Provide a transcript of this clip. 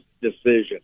decision